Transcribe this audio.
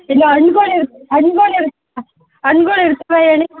ಇನ್ನು ಹಣ್ಗಳ್ ಇರತ್ತಾ ಹಣ್ಗಳ್ ಇರತ್ತಾ ಹಣ್ಗಳಿರ್ತಾವ ಹೇಳಿ